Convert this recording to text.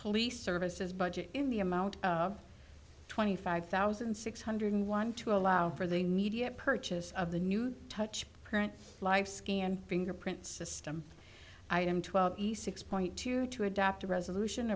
police services budget in the amount twenty five thousand six hundred one to allow for the media purchase of the new touch current life scheme and fingerprint system item twelve east six point two two adopt a resolution